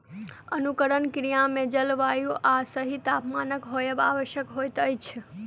अंकुरण क्रिया मे जल, वायु आ सही तापमानक होयब आवश्यक होइत अछि